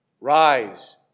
Rise